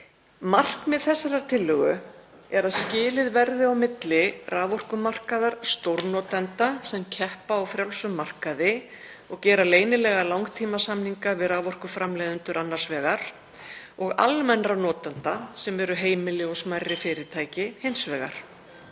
tillögu þessarar er að skilið verði á milli raforkumarkaðar stórnotenda sem keppa á frjálsum markaði og gera leynilega langtímasamninga við raforkuframleiðendur annars vegar og almennra notenda, sem eru heimili og smærri fyrirtæki, hins vegar.